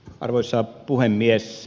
arvoisa puhemies